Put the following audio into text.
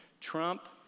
Trump